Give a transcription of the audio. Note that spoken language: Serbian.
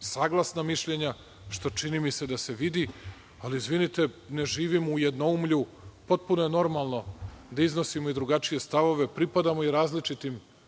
saglasna mišljenja, što mi se čini da se vidi, ali izvinite, ne živim u jednoumlju, potpuno je normalno da iznosimo i drugačije stavove, pripadamo različitim